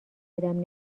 ادم